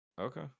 Okay